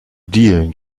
dielen